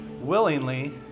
Willingly